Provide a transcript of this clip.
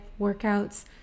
workouts